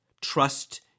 trust